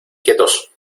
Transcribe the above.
quietos